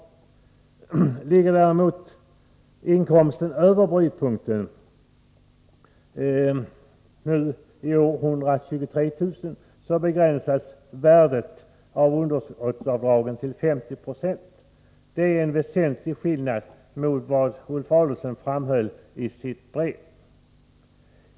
Om inkomsten däremot ligger över brytpunkten, f.n. 123000 kr., begränsas värdet av underskottsavdragen till 50 96. Detta är en väsentlig skillnad mot vad Ulf Adelsohn framhöll i sitt brev.